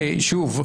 שוב,